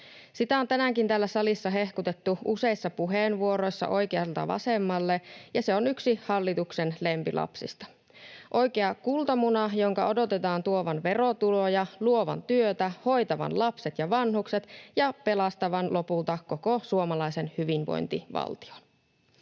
Sitä on tänäänkin täällä salissa hehkutettu useissa puheenvuoroissa oikealta vasemmalle, ja se on yksi hallituksen lempilapsista — oikea kultamuna, jonka odotetaan tuovan verotuloja, luovan työtä, hoitavan lapset ja vanhukset ja pelastavan lopulta koko suomalaisen hyvinvointivaltion.